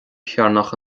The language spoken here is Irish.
chearnach